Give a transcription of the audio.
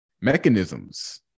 mechanisms